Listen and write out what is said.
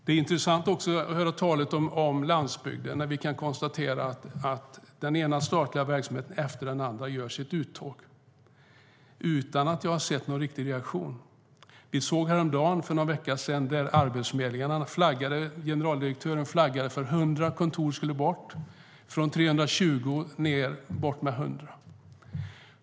Det är intressant att höra talet om landsbygden när den ena statliga verksamheten efter den andra gör sitt uttåg utan att jag har sett någon riktig reaktion. För någon vecka sedan flaggade Arbetsförmedlingens generaldirektör för att 100 av 320 kontor skulle bort.